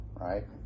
right